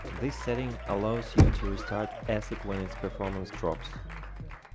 this setting allows you to restart asic when its performance drops.